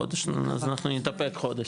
חודש, אז אנחנו נתאפק חודש.